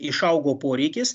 išaugo poreikis